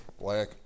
black